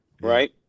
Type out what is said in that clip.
Right